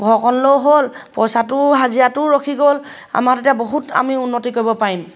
ঘৰখনলৈও হ'ল পইচাটোও হাজিৰাটোও ৰখি গ'ল আমাৰ তেতিয়া বহুত আমি উন্নতি কৰিব পাৰিম